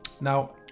Now